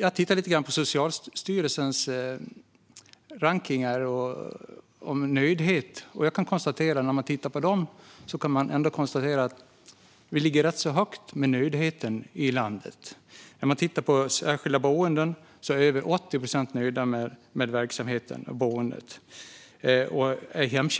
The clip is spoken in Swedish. Jag har tittat lite på Socialstyrelsens rankningar när det gäller nöjdhet. Jag kan konstatera att nöjdheten i landet ändå ligger ganska högt. Över 80 procent är nöjda med verksamheten på särskilda boenden.